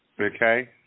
Okay